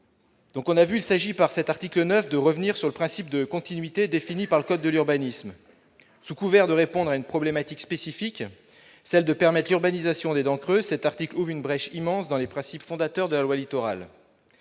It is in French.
est de tenter d'y répondre. L'article 9 vise à revenir sur le principe de continuité défini par le code de l'urbanisme. Sous couvert de répondre à une problématique spécifique, celle de permettre l'urbanisation des dents creuses, cet article ouvre une brèche immense dans les principes fondateurs de la loi Littoral.